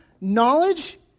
Knowledge